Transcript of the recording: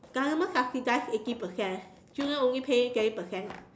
government subsidise eighty percent student only pay twenty percent